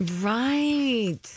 Right